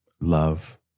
love